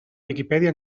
viquipèdia